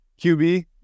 QB